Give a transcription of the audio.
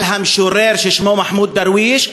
על המשורר ששמו מחמוד דרוויש,